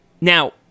now